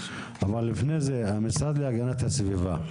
אבל לפני זה המשרד להגנת הסביבה,